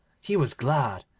he was glad,